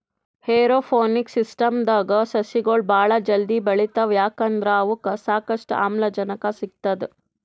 aeroponics ಸಿಸ್ಟಮ್ದಾಗ್ ಸಸಿಗೊಳ್ ಭಾಳ್ ಜಲ್ದಿ ಬೆಳಿತಾವ್ ಯಾಕಂದ್ರ್ ಅವಕ್ಕ್ ಸಾಕಷ್ಟು ಆಮ್ಲಜನಕ್ ಸಿಗ್ತದ್